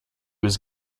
was